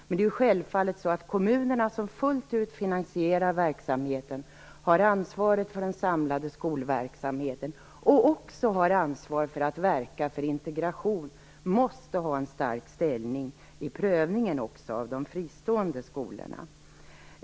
Det är självfallet så att kommunerna, som fullt ut finansierar verksamheten, har ansvaret för den samlade skolverksamheten och också har ansvar för att verka för integration, måste ha en stark ställning också i prövningen av de fristående skolorna.